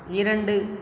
இரண்டு